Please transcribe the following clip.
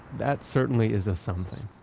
that certainly is a something.